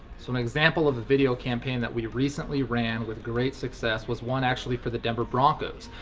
so an example of a video campaign that we recently ran with great success was one actually for the denver broncos.